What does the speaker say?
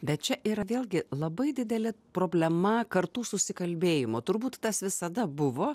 bet čia yra vėlgi labai didelė problema kartų susikalbėjimo turbūt tas visada buvo